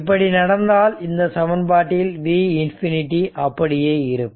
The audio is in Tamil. இப்படி நடந்தால் இந்த சமன்பாட்டில் V∞ அப்படியே இருக்கும்